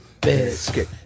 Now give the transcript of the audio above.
Biscuit